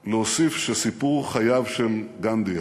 להוסיף שסיפור חייו של גנדי,